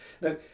Now